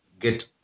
get